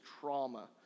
trauma